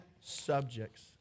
subjects